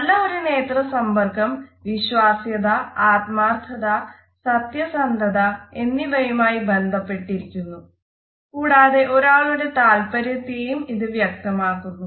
നല്ല ഒരു നേത്ര സമ്പർക്കം വിശ്വാസ്യത ആത്മാർത്ഥത സത്യസന്ധത എന്നിവയുമായി ബന്ധപ്പെട്ടിരിക്കുന്നു കൂടാതെ ഒരാളുടെ താത്പര്യത്തെയും ഇത് വ്യക്തമാക്കുന്നു